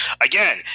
again